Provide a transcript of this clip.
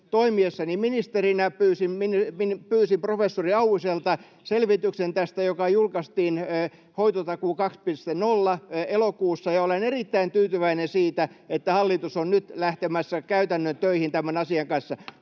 Toimiessani ministerinä pyysin professori Auviselta tästä selvityksen, hoitotakuu 2.0, joka julkaistiin elokuussa 22, ja olen erittäin tyytyväinen siitä, että hallitus on nyt lähtemässä käytännön töihin tämän asian kanssa.